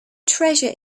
treasure